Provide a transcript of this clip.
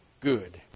good